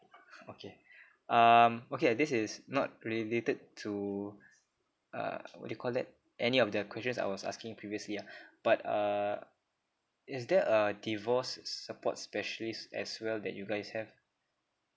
okay um okay this is not related to uh what do you call that any of the questions I was asking previously ah but uh is there a divorce support specialist as well that you guys have